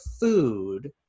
food